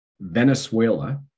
Venezuela